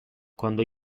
quando